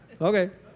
Okay